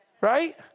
right